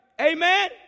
Amen